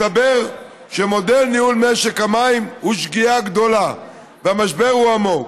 מסתבר שמודל ניהול משק המים הוא שגיאה גדולה והמשבר הוא עמוק.